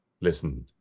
listen